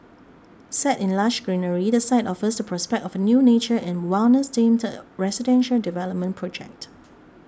set in lush greenery the site offers the prospect of a new nature and wellness themed residential development project